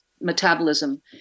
metabolism